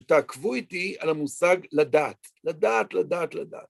תעקבו איתי על המושג לדעת. לדעת, לדעת, לדעת.